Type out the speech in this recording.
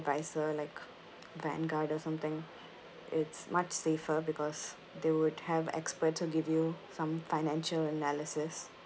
advisor like vanguard or something it's much safer because they would have experts who give you some financial analysis